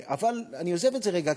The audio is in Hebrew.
אבל אני עוזב את זה רגע,